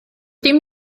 dim